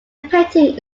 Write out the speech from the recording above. painting